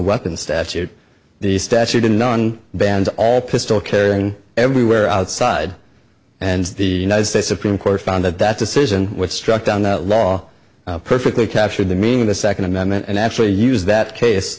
weapon statute the statute in non banned all pistol carrying everywhere outside and the united states supreme court found that that decision which struck down the law perfectly captured the meaning of the second amendment and actually used that case